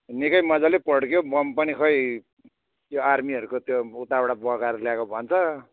निकै मज्जाले पड्क्यो बम पनि खै त्यो आर्मीहरूको त्यो उताबाट बगाएर ल्याएको भन्छ